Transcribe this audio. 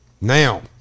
Now